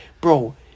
bro